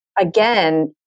again